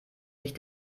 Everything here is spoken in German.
sich